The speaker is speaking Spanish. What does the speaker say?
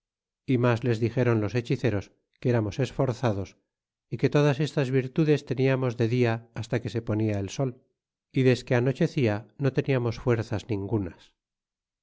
y mas les dixeron los hechiceros que eramos esforzados y que todas estas virtudes teniamos de dia hasta que se ponis el sol y desque anochecia no teniamos fuerzas ningunas